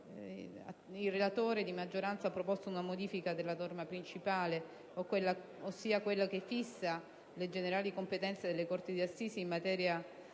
Il relatore ha proposto una modifica della norma principale, ossia quella che fissa le generali competenze delle corti d'assise, in maniera